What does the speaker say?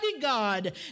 God